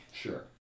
Sure